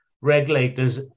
regulators